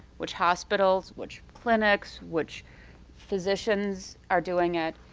which hospitals, which clinics, which physicians are doing it.